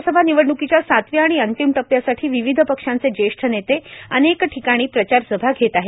लोकसभा निवडणूकीच्या सातव्या आणि अंतिम टप्प्यासाठी विविध पक्षांचे जेष्ठ नेते अनेक ठिकाणी प्रचार सभा घेत आहेत